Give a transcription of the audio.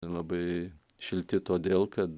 labai šilti todėl kad